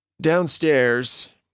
downstairs